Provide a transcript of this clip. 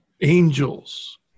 angels